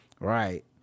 Right